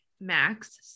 max